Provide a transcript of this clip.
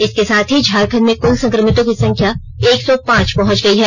इसके साथ ही झारखण्ड में कुल संक्रमितों की संख्या एक सौ पांच पहुंच गई है